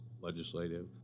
legislative